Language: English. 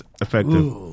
effective